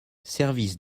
service